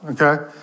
okay